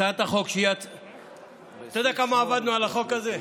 הצעת החוק, אתה יודע כמה עבדנו על החוק הזה?